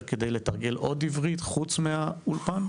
כדי לתרגל עוד עברית חוץ מהאולפן?